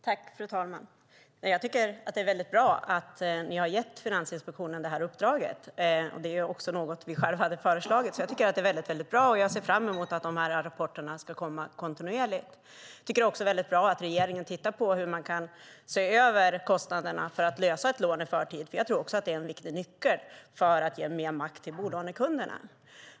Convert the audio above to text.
Fru talman! Jag tycker att det är väldigt bra att ni har gett Finansinspektionen det här uppdraget. Det är också något som vi själva har föreslagit, så jag tycker att det är mycket bra. Jag ser också fram emot att de här rapporterna ska komma kontinuerligt. Jag tycker också att det är bra att regeringen tittar på hur man kan se över kostnaderna för att lösa ett lån i förtid. Jag tror att det är en viktig nyckel för att ge mer makt till bolånekunderna.